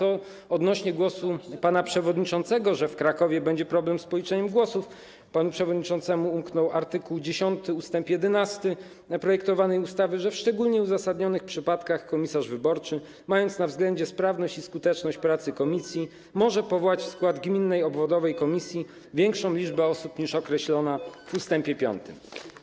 Odnośnie do głosu pana przewodniczącego, że w Krakowie będzie problem z policzeniem głosów, panu przewodniczącemu umknął art. 10 ust. 11 projektowanej ustawy, że w szczególnie uzasadnionych przypadkach komisarz wyborczy, mając na względzie sprawność i skuteczność pracy komisji, może powołać w skład gminnej obwodowej komisji większą liczbę osób niż określona w ust. 5.